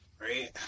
Right